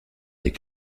des